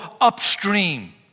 upstream